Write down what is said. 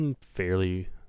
fairly